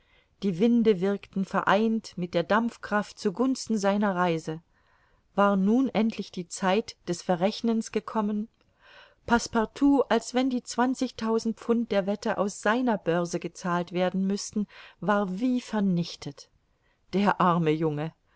die winde wirkten vereint mit der dampfkraft zu gunsten seiner reise war nun endlich die zeit des verrechnens gekommen passepartout als wenn die zwanzigtausend pfund der wette aus seiner börse gezahlt werden müßten war wie vernichtet der arme junge